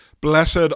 Blessed